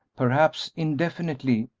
perhaps indefinitely,